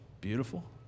beautiful